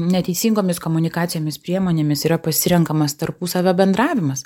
neteisingomis komunikacijomis priemonėmis yra pasirenkamas tarpusavio bendravimas